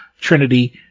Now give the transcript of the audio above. Trinity